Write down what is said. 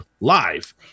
live